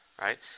right